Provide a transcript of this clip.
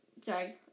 sorry